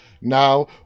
Now